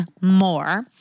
more